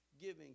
giving